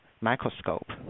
microscope